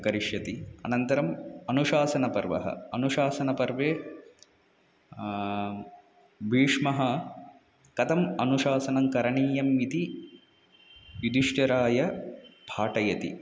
करिष्यति अनन्तरम् अनुशासनपर्वः अनुशासनपर्वे भीष्मः कथम् अनुशासनं करणीयम् इति युधिष्ठिराय पाठयति